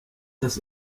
das